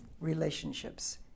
relationships